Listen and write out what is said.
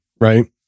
right